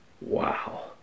wow